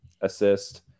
assist